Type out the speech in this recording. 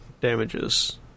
damages